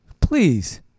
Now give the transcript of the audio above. Please